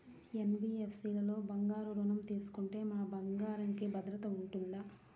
NBFC లలో బంగారు ఋణం తీసుకుంటే మా బంగారంకి భద్రత ఉంటుందా?